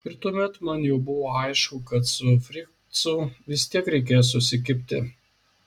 ir tuomet man jau buvo aišku kad su fricu vis tiek reikės susikibti